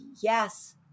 yes